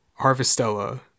Harvestella